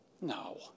No